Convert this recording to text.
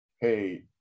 Hey